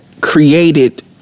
created